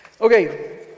Okay